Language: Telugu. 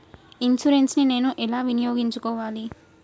ఇన్సూరెన్సు ని నేను ఎలా వినియోగించుకోవాలి?